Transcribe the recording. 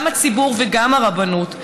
גם הציבור וגם הרבנות.